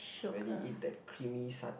rarely eat that creamy sat~